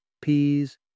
peas